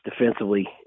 defensively